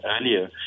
earlier